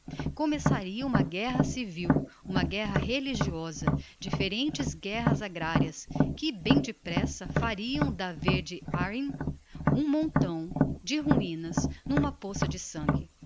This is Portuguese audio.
mesma começaria uma guerra civil uma guerra religiosa differentes guerras agrarias que bem depressa fariam da verde erin um montão de ruinas n'uma poça de sangue